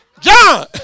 John